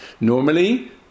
Normally